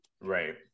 Right